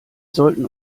sollten